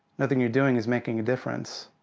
nothing you're doing is making a difference.